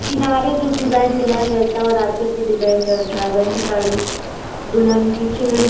किनारे जो design design रहता और आँचल पे डिज़ाइन रहता वैसी साड़ी दुल्हन की चुनरी